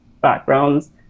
backgrounds